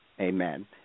amen